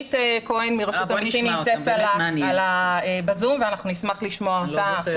רונית כהן מרשות המיסים נמצאת בזום ואנחנו נשמח לשמוע אותה.